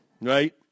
right